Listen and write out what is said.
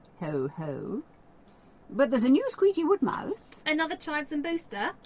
ho ho but there's a new squeegee woodmouse. another chives and booster?